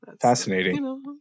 fascinating